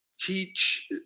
teach